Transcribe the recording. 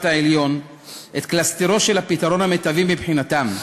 העליון את קלסתרו של הפתרון המיטבי מבחינתם.